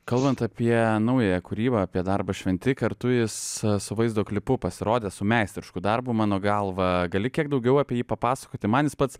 kalbant apie naująją kūrybą apie darbą šventi kartu jis su vaizdo klipu pasirodė su meistrišku darbu mano galva gali kiek daugiau apie jį papasakoti man jis pats